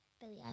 Billy